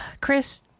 Chris